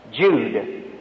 Jude